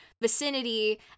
vicinity